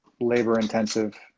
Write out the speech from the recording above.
labor-intensive